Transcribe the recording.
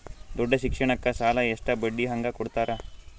ದೊಡ್ಡ ಶಿಕ್ಷಣಕ್ಕ ಸಾಲ ಎಷ್ಟ ಬಡ್ಡಿ ಹಂಗ ಕೊಡ್ತಾರ?